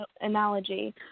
analogy